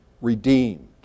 redeemed